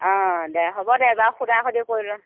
অ দে হ'ব দে বাৰু সুধা সুধি কৰি ল'ম